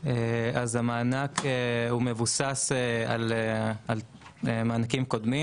המענק מבוסס על מענקים קודמים,